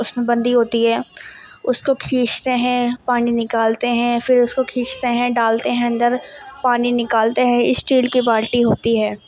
اس میں بندھی ہوتی ہے اس کو کھینچتے ہیں پانی نکالتے ہیں پھر اس کو کھینچتے ہیں ڈالتے ہیں اندر پانی نکالتے ہیں اسٹیل کی بالٹی ہوتی ہے